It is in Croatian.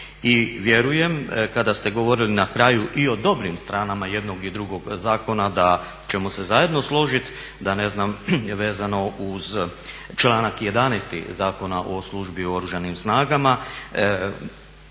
I vjerujem kada ste govorili na kraju i o dobrim stranama jednog i drugog zakona da ćemo se zajedno složit da vezano uz članak 1. Zakona o službi u Oružanim snagama